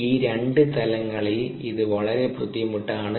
ഈ രണ്ട് തലങ്ങളിൽ ഇത് വളരെ ബുദ്ധിമുട്ടാണ്